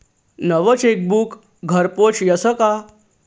नवं चेकबुक घरपोच यस का?